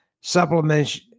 Supplements